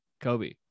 Kobe